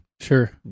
Sure